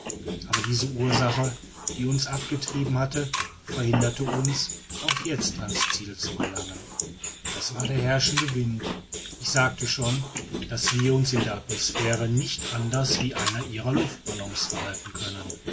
aber dieselbe ursache die uns abgetrieben hatte verhinderte uns auch jetzt ans ziel zu gelangen das war der herrschende wind ich sagte schon daß wir uns in der atmosphäre nicht anders wie einer ihrer luftballons verhalten können